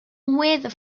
weather